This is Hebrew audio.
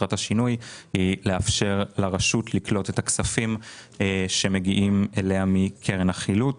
מטרת השינוי היא לאפשר לרשות לקלוט את הכספים שמגיעים אליה מקרן החילוט,